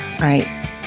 right